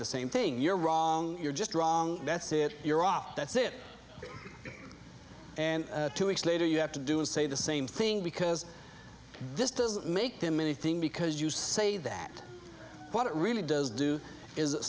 the same thing you're wrong you're just wrong that's it you're off that's it and two weeks later you have to do is say the same thing because this doesn't make him anything because you say that what it really does do is